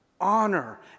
honor